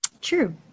True